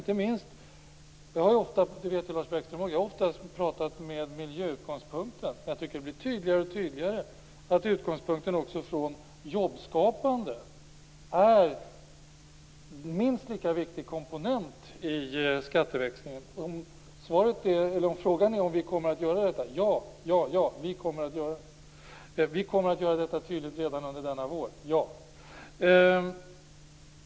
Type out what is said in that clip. Som Lars Bäckström vet har jag oftast pratat utifrån miljöutgångspunkten. Jag tycker dock att det blir tydligare och tydligare att den jobbskapande utgångspunkten är en minst lika viktig komponent i skatteväxlingen. Om frågan är ifall vi kommer att göra detta är svaret: Ja, vi kommer att göra det. Vi kommer att göra detta tydligt redan under denna vår.